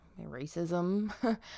racism